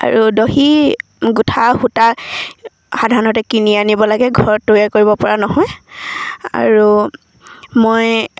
আৰু দহি গোঁঠা সূতা সাধাৰণতে কিনি আনিব লাগে ঘৰত তৈয়াৰ কৰিব পৰা নহয় আৰু মই